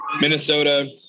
Minnesota